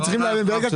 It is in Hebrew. זה לא פייר,